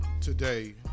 today